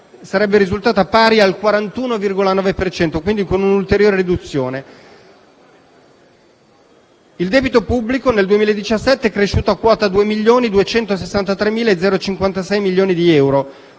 Il debito pubblico nel 2017 è cresciuto a quota 2.263,056 milioni di euro,